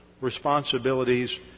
responsibilities